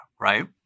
right